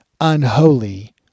unholy